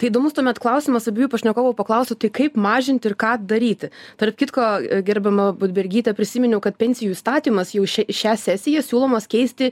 tai įdomus tuomet klausimas abiejų pašnekovų paklausiu tai kaip mažinti ir ką daryti tarp kitko gerbiama budbergyte prisiminiau kad pensijų įstatymas jau šią sesiją siūlomas keisti